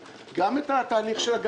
גם את התהליך של משרד המשפטים,